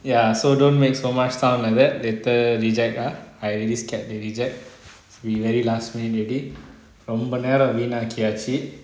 ya so don't make so much sound like that later reject ah I really scared they reject cause we very last minute already ரொம்ப நேரம் வீணாக்கியச்சி:romba neram veenaakiyachi